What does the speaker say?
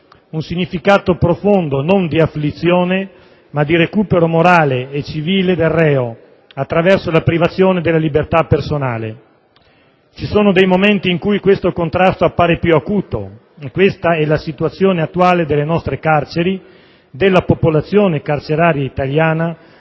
un significato profondo, non di afflizione, ma di recupero morale e civile del reo attraverso la privazione della libertà personale. Ci sono dei momenti in cui questo contrasto appare più acuto e questa è la situazione attuale delle nostre carceri, della popolazione carceraria italiana